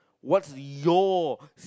what's your